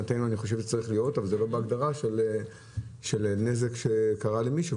אבל זה לא בהגדרה של נזק שקרה למישהו.